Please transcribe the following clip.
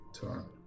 turn